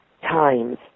time's